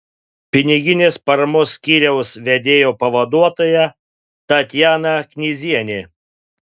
piniginės paramos skyriaus vedėjo pavaduotoja tatjana knyzienė